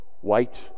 white